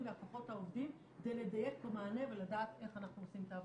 והכוחות העובדים כדי לדייק את המענה ולדעת איך אנחנו עושים את העבודה.